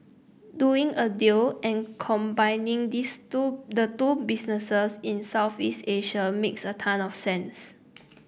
doing a deal and combining these two the two businesses in Southeast Asia makes a ton of sense